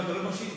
אתה לא מקשיב.